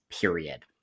period